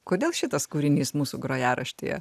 kodėl šitas kūrinys mūsų grojaraštyje